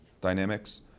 dynamics